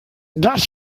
das